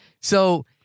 So-